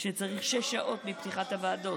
שצריך שש שעות לפתיחת הוועדות.